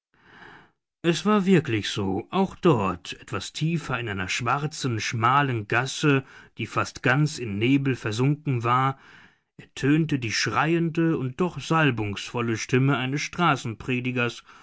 es war wirklich so auch dort etwas tiefer in einer schwarzen schmalen gasse die fast ganz in nebel versunken war ertönte die schreiende und doch salbungsvolle stimme eines